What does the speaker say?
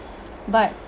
but